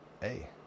Hey